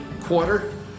quarter